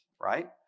Right